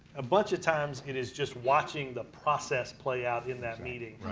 a bunch of times it is just watching the process play out in that meeting.